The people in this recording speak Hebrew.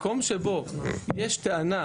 מקום שבו יש טענה,